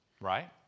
Right